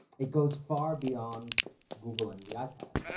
it goes far beyond google and the ipad,